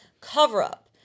cover-up